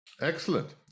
Excellent